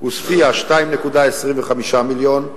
עוספיא, 2.25 מיליון.